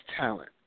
talent